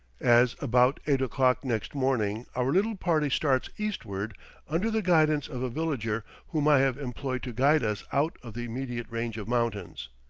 as about eight o'clock next morning our little party starts eastward under the guidance of a villager whom i have employed to guide us out of the immediate range of mountains,